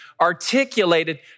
articulated